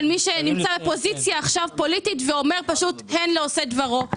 מי שנמצא בפוזיציה פוליטית ואומר הן לעושה דברו.